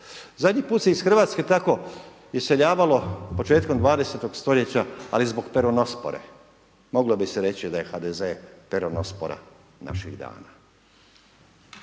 Zadnji put se iz Hrvatske tako iseljavalo početkom 20. stoljeća, ali zbog peronospore. Moglo bi se reći da je HDZ-e peronospora naših dana.